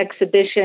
exhibition